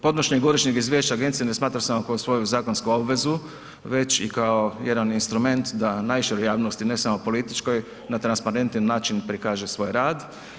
Podnošenjem godišnjeg izvješća agencije ne smatra se … svoju zakonsku obvezu već i kao jedan instrument da najširoj javnosti ne samo političkoj na transparentan način prikaže svoj rad.